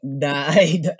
Died